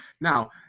now